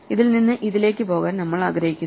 ഇതിൽ നിന്ന് ഇതിലേക്ക് പോകാൻ നമ്മൾ ആഗ്രഹിക്കുന്നു